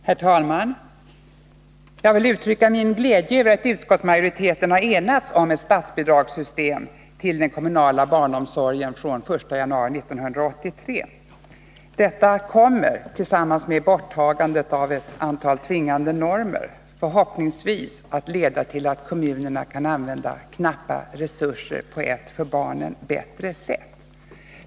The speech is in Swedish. Herr talman! Jag vill uttrycka min glädje över att utskottsmajoriteten har enats om ett statsbidragssystem för den kommunala barnomsorgen från den 1 januari 1983. Detta kommer — tillsammans med borttagandet av ett antal tvingande normer — förhoppningsvis att leda till att kommunerna kan använda knappa resurser på ett för barnen bättre sätt.